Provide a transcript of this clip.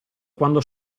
quando